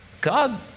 God